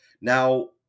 Now